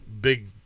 Big